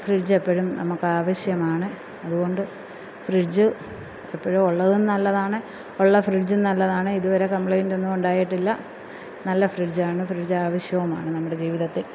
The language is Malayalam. ഫ്രിഡ്ജ് എപ്പോഴും നമുക്കാവശ്യമാണ് അതുകൊണ്ട് ഫ്രിഡ്ജ് എപ്പോഴുവൊള്ളതും നല്ലതാണ് ഉള്ള ഫ്രിഡ്ജും നല്ലതാണ് ഇതുവരെ കമ്പ്ലൈൻറ്റൊന്നുവൊണ്ടായിട്ടില്ല നല്ല ഫ്രിഡ്ജാണ് ഫ്രിഡ്ജാവശ്യോമാണ് നമ്മുടെ ജീവിതത്തിൽ